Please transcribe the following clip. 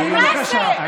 שבי, בבקשה.